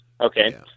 Okay